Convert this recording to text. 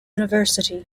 university